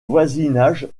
voisinage